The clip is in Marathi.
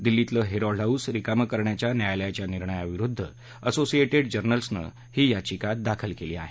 दिल्लीतलं हेरॉल्ड हाऊस रिकामं करण्याच्या न्यायालयाच्या निर्णयाविरुद्ध असोसिए डि जर्नल्सनं ही याचिका दाखल केली आहे